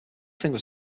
whole